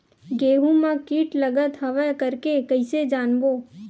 गेहूं म कीट लगत हवय करके कइसे जानबो?